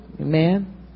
Amen